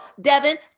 Devin